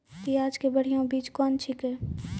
प्याज के बढ़िया बीज कौन छिकै?